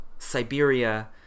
Siberia